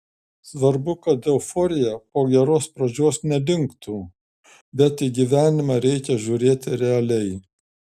svarbu kad euforija po geros pradžios nedingtų bet į gyvenimą reikia žiūrėti realiai